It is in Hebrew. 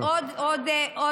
אז עוד משפט.